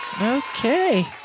Okay